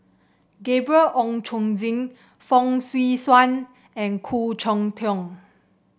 Gabriel Oon Chong Jin Fong Swee Suan and Khoo Cheng Tiong